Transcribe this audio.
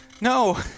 No